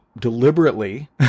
deliberately